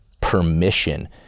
permission